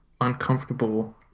uncomfortable